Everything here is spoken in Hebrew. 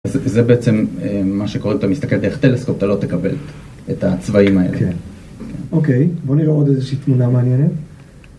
זה בעצם מה שקורה, אתה מסתכל דרך טלסקופ, אתה לא תקבל את הצבעים האלה. אוקיי, בוא נראה עוד איזושהי תמונה מעניינת.